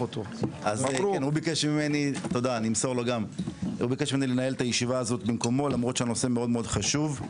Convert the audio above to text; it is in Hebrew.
הוא ביקש ממני לנהל את הישיבה הזו במקומו למרות שהנושא מאוד מאוד חשוב,